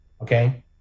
Okay